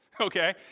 okay